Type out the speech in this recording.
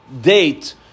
date